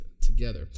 together